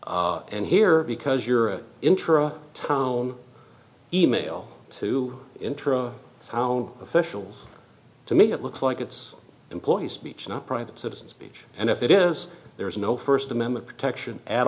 and here because you're an intra town e mail to intra how officials to me it looks like it's employees speech not private citizen speech and if it is there is no first amendment protection at